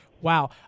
Wow